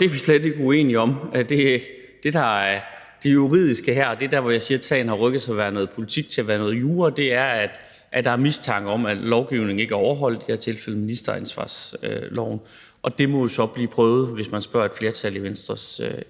vi slet ikke uenige om. Det, der er det juridiske her – og det er der, hvor jeg siger, at sagen har rykket sig fra at være noget politik til at være noget jura – er, at der er mistanke om, at lovgivningen ikke er overholdt, i det her tilfælde ministeransvarlighedsloven, og det må jo så blive prøvet, hvis man spørger et flertal